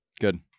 Good